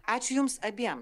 ačiū jums abiem